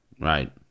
Right